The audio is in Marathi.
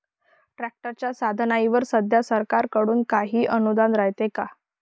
ट्रॅक्टरच्या साधनाईवर सध्या सरकार कडून काही अनुदान रायते का?